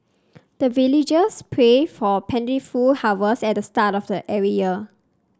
the villagers pray for plentiful harvest at the start of every year